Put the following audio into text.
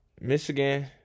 Michigan